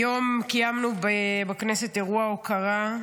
היום קיימנו בכנסת אירוע הוקרה,